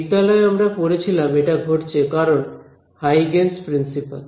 বিদ্যালয় এ আমরা পড়েছিলাম এটা ঘটছে কারণ হাইগেনস প্রিন্সিপাল